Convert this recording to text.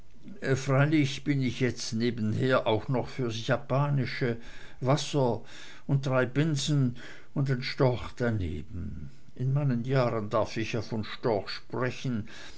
freilich bin ich jetzt nebenher auch noch fürs japanische wasser und drei binsen und ein storch daneben in meinen jahren darf ich ja von storch sprechen